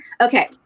Okay